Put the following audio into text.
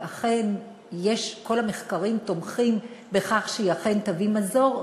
כל המחקרים תומכים בכך שהיא אכן תביא מזור,